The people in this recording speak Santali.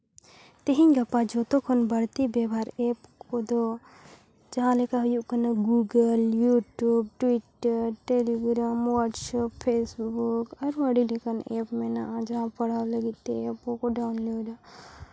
ᱛᱮᱦᱮᱧ ᱜᱟᱯᱟ ᱡᱚᱛᱚ ᱠᱷᱚᱱ ᱵᱟᱹᱲᱛᱤ ᱵᱮᱵᱷᱟᱨ ᱮᱯ ᱠᱚᱫᱚ ᱡᱟᱦᱟᱸ ᱞᱮᱠᱟ ᱦᱩᱭᱩᱜ ᱠᱟᱱᱟ Google YouTube Twitter Telegram WhatsApp Facebook ᱟᱨᱦᱚᱸ ᱟᱹᱰᱤ ᱞᱮᱠᱟᱱ ᱮᱯ ᱢᱮᱱᱟᱜᱼᱟ ᱡᱟᱦᱟᱸ ᱯᱟᱲᱦᱟᱣ ᱞᱟᱹᱜᱤᱫ ᱛᱮ ᱮᱯ ᱠᱚᱠᱚ ᱰᱟᱣᱞᱳᱰᱼᱟ